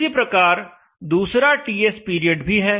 इसी प्रकार दूसरा TS पीरियड भी है